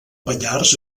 pallars